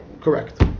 correct